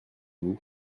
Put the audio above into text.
vous